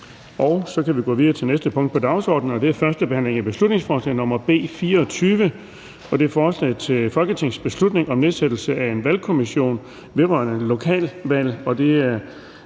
er vedtaget. --- Det næste punkt på dagsordenen er: 28) 1. behandling af beslutningsforslag nr. B 24: Forslag til folketingsbeslutning om nedsættelse af en valgkommission vedrørende lokalvalg.